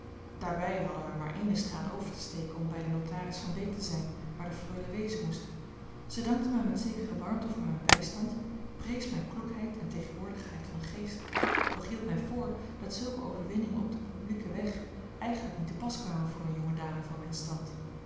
daarbij hadden wij maar eene straat over te steken om bij den notaris van beek te zijn waar de freule wezen moest zij dankte mij met zekere warmte voor mijn bijstand prees mijne kloekheid en tegenwoordigheid van geest doch hield mij voor dat zulke overwinningen op den publieken weg eigenlijk niet te pas kwamen voor eene jonge dame van mijn stand